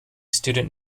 student